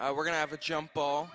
i we're going to have a jump ball